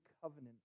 covenant